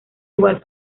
igual